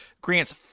grants